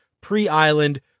pre-island